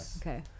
Okay